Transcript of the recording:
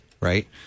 right